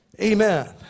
amen